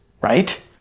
right